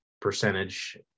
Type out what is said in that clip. percentage